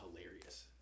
hilarious